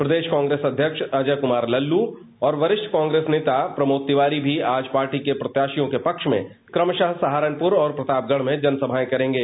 प्रदेश कांग्रेस अध्यक्ष अजय कुमार लल्लू और वरिष्ठ कांग्रेस नेता प्रमोद तिवारी भी आज पार्टी के प्रत्याशियों के पक्ष में क्रमरा सहारनपुर और प्रतापगढ़ में जनसभाएं करेंगे